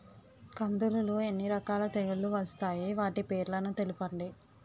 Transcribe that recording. కందులు లో ఎన్ని రకాల తెగులు వస్తాయి? వాటి పేర్లను తెలపండి?